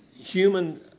human